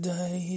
Day